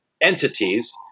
entities